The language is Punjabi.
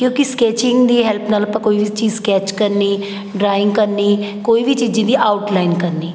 ਕਿਉਂਕਿ ਸਕੈਚਿੰਗ ਦੀ ਹੈਲਪ ਨਾਲ ਆਪਾਂ ਕੋਈ ਵੀ ਚੀਜ਼ ਸਕੈਚ ਕਰਨੀ ਡਰਾਇੰਗ ਕਰਨੀ ਕੋਈ ਵੀ ਚੀਜ਼ ਜਿਹਦੀ ਆਊਟਲਾਈਨ ਕਰਨੀ